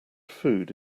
food